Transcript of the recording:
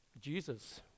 Jesus